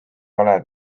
ole